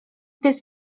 pies